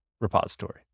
repository